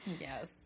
Yes